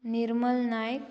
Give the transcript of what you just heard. Nirmal Naik